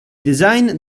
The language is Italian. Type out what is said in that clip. design